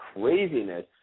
craziness